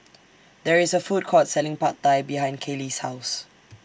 There IS A Food Court Selling Pad Thai behind Kaley's House